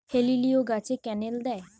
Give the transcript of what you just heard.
হেলিলিও গাছে ক্যানেল দেয়?